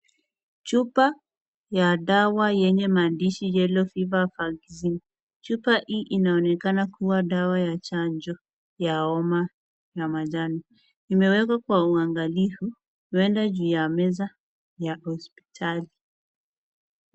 Chupa ya dawa yenye maandishi yellow fever vaccine . Chupa hii inaonekana kuwa dawa ya chanjo ya homa ya manjano. Imewekwa kwa uangalifu, huenda juu ya meza ya hospitali.